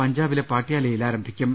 പഞ്ചാബിലെ പട്യാലയിൽ ആരംഭിക്കും